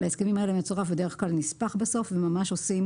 להסכמים האלה מצורף בדרך כלל נספח בסוף וממש עושים